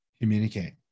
Communicate